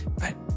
Right